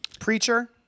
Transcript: Preacher